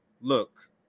look